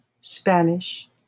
Spanish